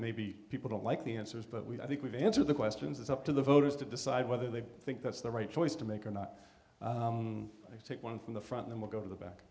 maybe people don't like the answers but we think we've answered the questions it's up to the voters to decide whether they think that's the right choice to make or not take one from the front then we'll go to the back